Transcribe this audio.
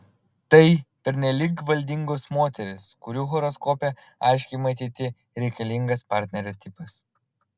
tai pernelyg valdingos moterys kurių horoskope aiškiai matyti reikalingas partnerio tipas